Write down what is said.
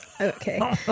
Okay